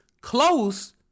close